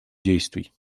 действий